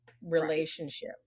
relationship